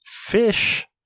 Fish